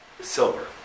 silver